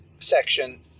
section